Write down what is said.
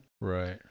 Right